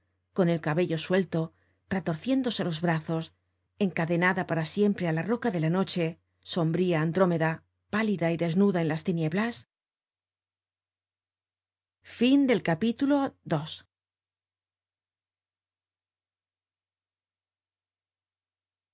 con el cabello suelto retorciéndose los brazos encadenada para siempre á la roca de la noche sombría andrómeda pálida y desnuda en las tinieblas content from